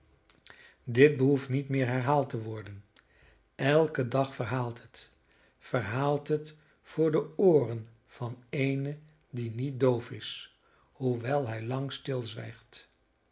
dit behoeft niet meer herhaald te worden elke dag verhaalt het verhaalt het voor de ooren van eenen die niet doof is hoewel hij lang